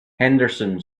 henderson